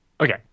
Okay